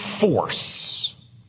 force